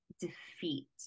defeat